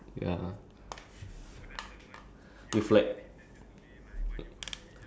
ya like those like those model you know when they lie down at the side of their body ya like that